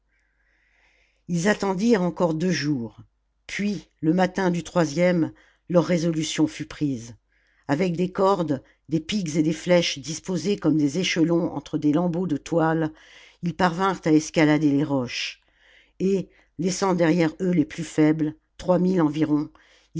ils attendirent encore deux jours puis le matin du troisième leur résolution fut prise avec des cordes des pics et des flèches disposées comme des échelons entre des lambeaux de toile ils parvinrent à escalader les roches et laissant derrière eux les plus faibles trois mille environ